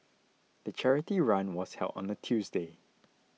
the charity run was held on a Tuesday